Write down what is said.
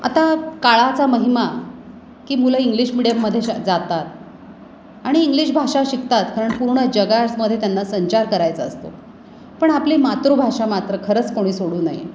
आता काळाचा महिमा की मुलं इंग्लिश मिडीयममध्ये श जातात आणि इंग्लिश भाषा शिकतात कारण पूर्ण जगामध्ये त्यांना संचार करायचा असतो पण आपली मातृभाषा मात्र खरंच कोणी सोडू नये